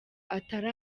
atari